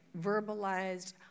verbalized